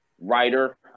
writer